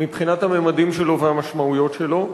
מבחינת הממדים שלו והמשמעויות שלו.